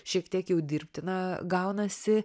šiek tiek jau dirbtina gaunasi